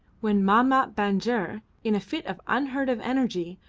when mahmat banjer, in a fit of unheard-of energy,